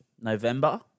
November